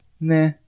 nah